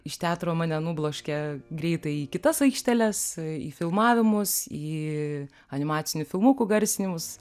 iš teatro mane nubloškė greitai į kitas aikšteles į filmavimus į animacinių filmukų garsinimus